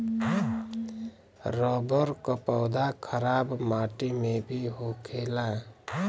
rubber क पौधा खराब माटी में भी होखेला